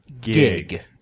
gig